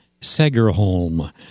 Segerholm